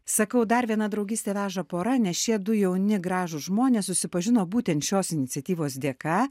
sakau dar viena draugystė veža pora nes šie du jauni gražūs žmonės susipažino būtent šios iniciatyvos dėka